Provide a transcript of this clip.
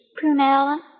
Prunella